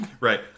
Right